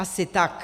Asi tak.